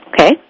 Okay